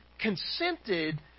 consented